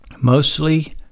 mostly